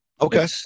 okay